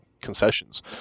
concessions